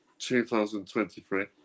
2023